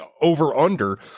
over-under